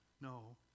No